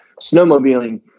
snowmobiling